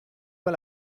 pas